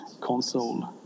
console